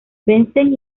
vencen